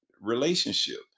relationship